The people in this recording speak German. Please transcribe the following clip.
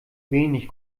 wenig